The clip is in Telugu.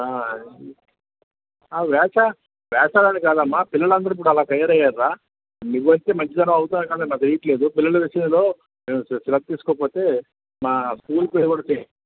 ఆ ఆ వేస్తా వేస్తారని అని కాదమ్మా పిల్లలందరూ ఇప్పుడు అలా తయారయ్యారురా నువ్వు అయితే మంచిదానివి అవుతావో కాదో నాకు తెలియట్లేదు పిల్లల విషయంలో మేము శ్ర శ్ర శ్రద్ధ తీసుకోకపోతే మా స్కూల్ పేరు కూడా చెడి